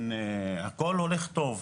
הכול הולך טוב,